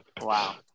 Wow